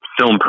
Film